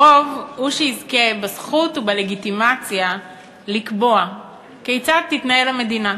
הרוב הוא שיזכה בזכות ובלגיטימציה לקבוע כיצד תתנהל המדינה.